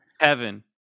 Heaven